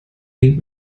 wink